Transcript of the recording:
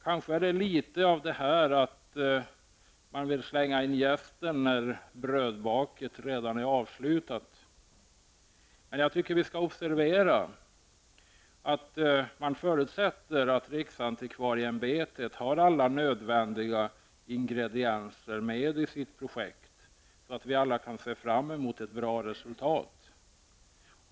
Kanske är det litet av att slänga in jästen när brödbaket redan är avslutat. Men jag tycker att vi skall observera att man förutsätter att riksantikvarieämbetet har alla nödvändiga ingredienser med i sitt projekt, så att vi alla kan se fram emot ett bra resultat.